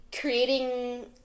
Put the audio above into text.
creating